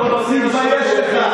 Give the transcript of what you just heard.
תתבייש לך,